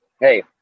hey